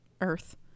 earth